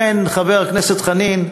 אכן, חבר הכנסת חנין,